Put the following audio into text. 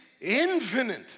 infinite